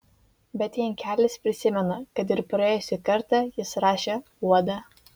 bet jankelis prisimena kad ir praėjusį kartą jis rašė uodą